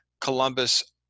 Columbus